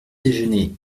déjeuner